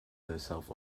herself